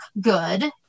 good